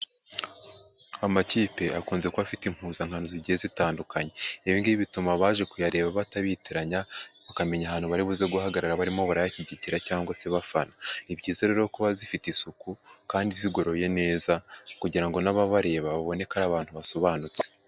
Amakipe akunze kuba afite impuzankano zigiye zitandukanye. Ibingibi bituma abaje kuyareba batabitiranya, bakamenya ahantu bari buze guhagarara barimo barayashyigikira cyangwa se bafana. Ni byiza rero kuba zifite isuku kandi zigoroye neza kugira ngo n'ababareba babone ko ari abantu basobanutse.